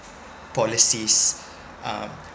policies uh